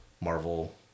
marvel